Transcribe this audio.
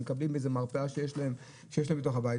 מקבלים באיזו מרפאה שיש להם בתוך הבית,